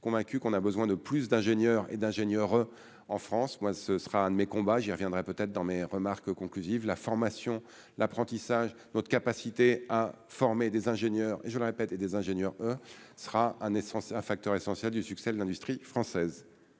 convaincus qu'on a besoin de plus d'ingénieurs et d'ingénieurs en France, moi ce sera un de mes combats, j'y reviendrai peut-être dans mes remarques conclusives, la formation, l'apprentissage, notre capacité à former des ingénieurs et je le répète et des ingénieurs sera un naissance un facteur essentiel du succès de l'industrie française,